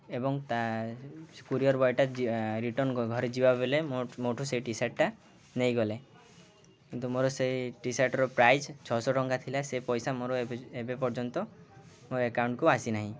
ଏବଂ ତା କୋରିଅର୍ ବୟଟା ରିଟର୍ନ୍ ଘରେ ଯିବା ବେଲେ ମୋଠୁ ସେ ଟି ସାର୍ଟଟା ନେଇଗଲେ କିନ୍ତୁ ମୋର ସେଇ ଟି ସାର୍ଟର ପ୍ରାଇସ୍ ଛଅ ଶହ ଟଙ୍କା ଥିଲା ସେ ପଇସା ମୋର ଏବେ ପର୍ଯ୍ୟନ୍ତ ମୋ ଏକକାଉଣ୍ଟକୁ ଆସିନାହିଁ